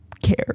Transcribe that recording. care